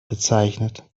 bezeichnet